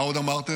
מה עוד אמרתם?